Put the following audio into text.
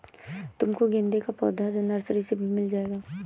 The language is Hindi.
तुमको गेंदे का पौधा नर्सरी से भी मिल जाएगा